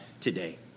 today